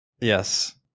Yes